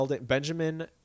Benjamin